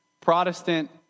Protestant